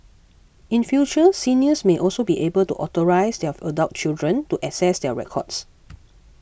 in future seniors may also be able to authorise their adult children to access their records